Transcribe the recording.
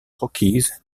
rockies